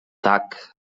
tak